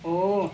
हो